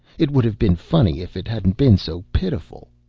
it would have been funny, if it hadn't been so pitiful.